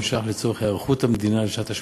ש"ח לצורך היערכות המדינה לשנת השמיטה.